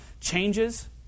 changes